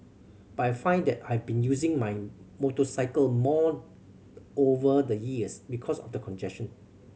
but I find that I've been using my motorcycle more over the years because of the congestion